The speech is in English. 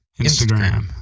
Instagram